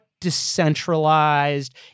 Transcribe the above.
decentralized